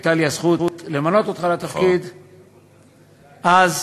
והייתה לי הזכות למנות אותך לתפקיד, נכון, בוודאי.